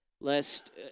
lest